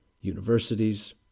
universities